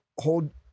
hold